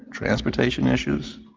transportation issues,